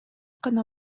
гана